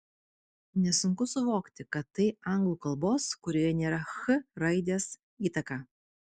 nesunku suvokti kad tai anglų kalbos kurioje nėra ch raidės įtaka